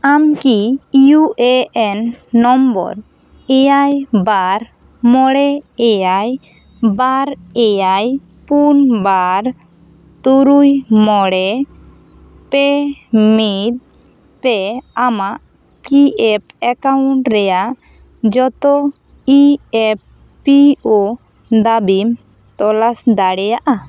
ᱟᱢ ᱠᱤ U A N number ᱮᱭᱟᱭ ᱵᱟᱨ ᱢᱚᱬᱮ ᱮᱭᱟᱭ ᱵᱟᱨ ᱮᱭᱟᱭ ᱯᱩᱱ ᱵᱟᱨ ᱛᱩᱨᱩᱭ ᱢᱚᱬᱮ ᱯᱮ ᱢᱤᱫ ᱛᱮ ᱟᱢᱟᱜ ᱯᱤ ᱮᱯᱷ ᱮᱠᱟᱭᱩᱱᱴ ᱨᱮᱭᱟᱜ ᱡᱚᱛᱚ ᱤ ᱮᱯᱷ ᱯᱤ ᱳ ᱫᱟᱹᱵᱤᱢ ᱛᱚᱞᱟᱥ ᱫᱟᱲᱮᱭᱟᱜᱼᱟ